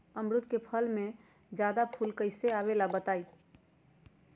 अमरुद क फल म जादा फूल कईसे आई बताई?